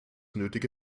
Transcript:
nötige